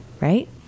right